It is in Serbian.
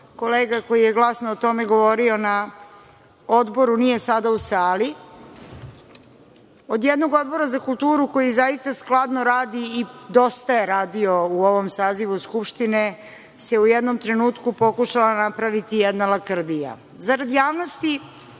kolega koji je glasno o tome govorio na tom Odboru nije sada u sali, od jednog Odbora za kulturu koji zaista skladno radi i dosta je radio u ovom sazivu Skupštine, u jednom trenutku pokušala napraviti jedna lakrdija. Za rad javnosti,